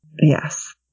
Yes